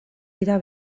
dira